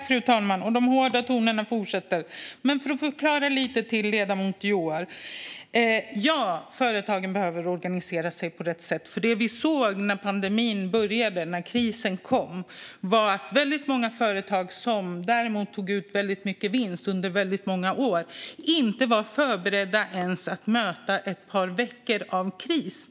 Fru talman! Den hårda tonen fortsätter. För att förklara lite för ledamoten Joar Forssell: Ja, företagen behöver organisera sig på rätt sätt, för det vi såg när pandemin började och krisen kom var att väldigt många företag som tog ut väldigt mycket vinst under väldigt många år inte var förberedda ens på att möta ett par veckor av kris.